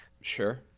Sure